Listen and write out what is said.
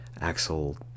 Axel